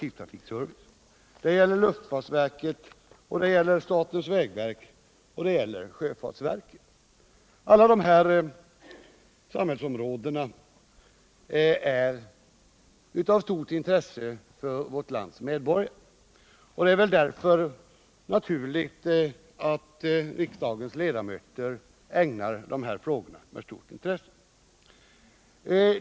Vidare gäller det luftfartsverket, statens vägverk och sjöfartsverket. Alla de här samhällsområdena är av stor vikt för vårt lands medborgare, och det är väl därför naturligt att riksdagens ledamöter ägnar frågorna stort intresse.